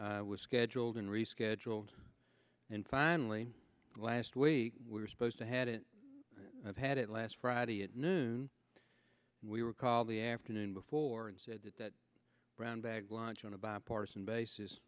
was scheduled and rescheduled and finally last week we were supposed to head it had it last friday at noon we were called the afternoon before and said that that brown bag lunch on a bipartisan basis